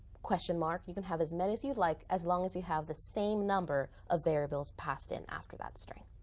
question mark, you can have as many as you like, as long as you have the same number of variables passed in after that string.